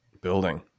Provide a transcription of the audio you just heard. building